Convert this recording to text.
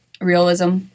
realism